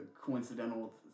coincidental